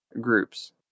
groups